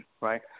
right